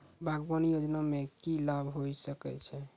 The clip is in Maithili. बागवानी योजना मे की लाभ होय सके छै?